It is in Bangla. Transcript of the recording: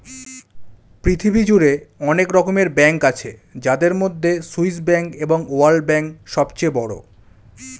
পৃথিবী জুড়ে অনেক রকমের ব্যাঙ্ক আছে যাদের মধ্যে সুইস ব্যাঙ্ক এবং ওয়ার্ল্ড ব্যাঙ্ক সবচেয়ে বড়